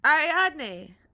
Ariadne